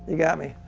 ah got me!